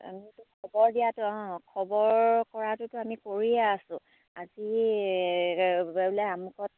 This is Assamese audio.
আমিতো খবৰ দিয়াটো অঁ খবৰ কৰাটোতো আমি কৰিয়ে আছোঁ আজি গৈ বোলে আমুকত